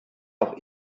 auch